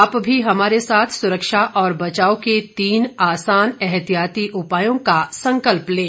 आप भी हमारे साथ सुरक्षा और बचाव के तीन आसान एहतियाती उपायों का संकल्प लें